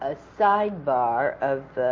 ah sidebar of,